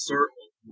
Circle